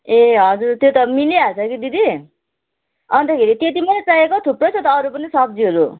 ए हजुर त्यो त मिलिहाल्छ कि दिदी अन्तखेरि त्यति मात्रै चाहिएको थुप्रो छ त अरू पनि सब्जीहरू